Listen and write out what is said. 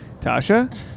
Tasha